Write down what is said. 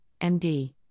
MD